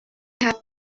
have